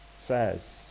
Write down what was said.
says